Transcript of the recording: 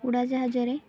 ଉଡ଼ାଜାହାଜରେ